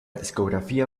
discográfica